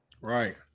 Right